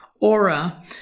Aura